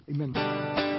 Amen